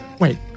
wait